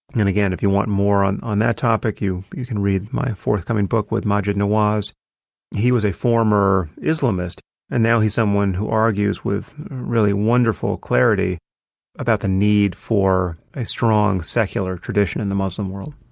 then again, if you want more on on that topic, you you can read my forthcoming book with maajid and nawaz. he was a former islamist and now he's someone who argues with really wonderful clarity about the need for a strong secular tradition in the muslim world.